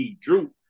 Drew